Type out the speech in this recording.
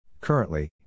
Currently